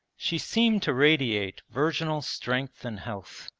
she seemed to radiate virginal strength and health.